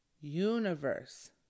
universe